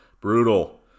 brutal